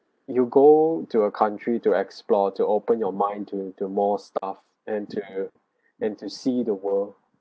you go to a country to explore to open your mind to to more stuff and to and to see the world